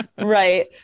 Right